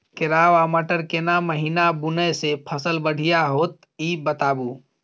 केराव आ मटर केना महिना बुनय से फसल बढ़िया होत ई बताबू?